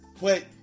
Wait